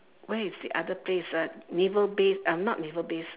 where is the other place ah navel base uh not naval base